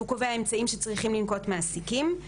שהוא קובע אמצעים שצריכים לנקוט מעסיקים.